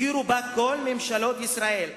הכירו בה כל ממשלות ישראל,